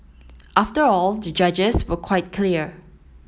after all the judges were quite clear